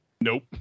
Nope